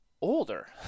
older